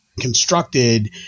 constructed